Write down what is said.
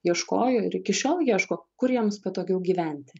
ieškojo ir iki šiol ieško kur jiems patogiau gyventi